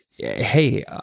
hey